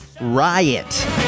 riot